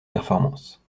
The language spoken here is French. performances